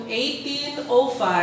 1805